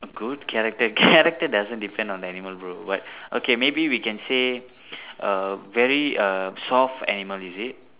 good character character doesn't depend on the animal bro what okay maybe we can say err very err soft animal is it